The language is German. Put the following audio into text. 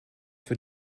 für